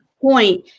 point